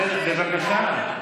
בסדר, בבקשה.